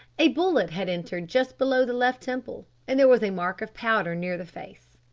a bullet had entered just below the left temple, and there was a mark of powder near the face.